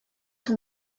son